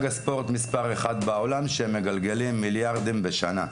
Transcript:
הספורט מספר אחד בעולם שמגלגלים מיליארדים בשנה.